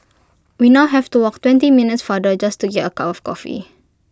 we now have to walk twenty minutes farther just to get A cup of coffee